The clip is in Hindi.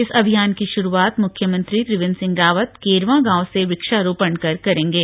इस अभियान की शुरूआत मुख्यमंत्री त्रिवेन्द्र सिंह रावत केरवां गांव से वृक्षारोपण कर करेंगे